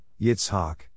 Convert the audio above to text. Yitzhak